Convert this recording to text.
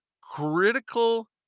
critical